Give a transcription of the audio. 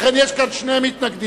לכן, יש כאן שני מתנגדים: